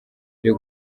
byo